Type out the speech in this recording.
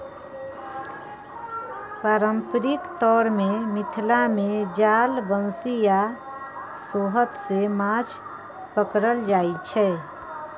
पारंपरिक तौर मे मिथिला मे जाल, बंशी आ सोहथ सँ माछ पकरल जाइ छै